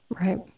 Right